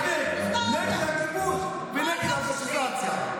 מעביר כסף לרשות כדי, חברת הכנסת גוטליב.